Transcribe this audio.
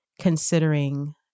considering